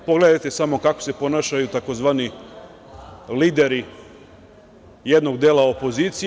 Pogledajte samo kako se ponašaju tzv. lideri jednog dela opozicije.